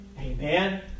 Amen